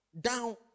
Down